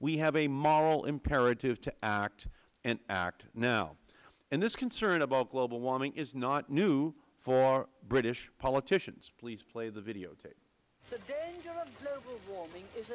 we have a moral imperative to act and act now and this concern about global warming is not new for british politicians please play the videotape